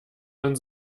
man